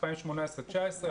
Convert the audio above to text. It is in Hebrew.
2018 2019,